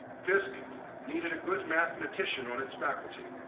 fisk needed a good mathematician on its faculty,